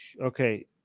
okay